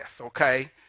Okay